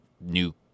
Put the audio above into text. new